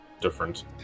different